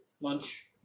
lunch